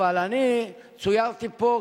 אבל אני צוירתי פה,